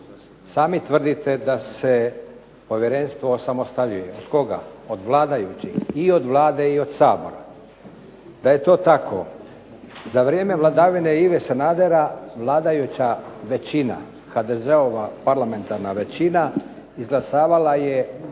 Sami tvrdite da se povjerenstvo osamostaljuje, od koga, od vladajućih i od Vlade i od Sabora. Da je to tako, za vrijeme vladavine Ive Sanadera vladajuća većina, HDZ-ova parlamentarna većina izglasavala je